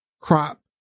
crop